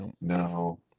No